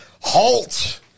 Halt